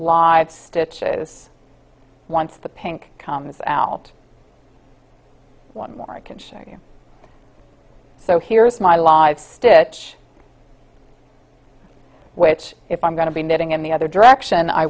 live stitches once the pink comes out one more i can show you so here's my live stitch which if i'm going to be knitting in the other direction i